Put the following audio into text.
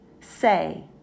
say